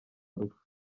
arusha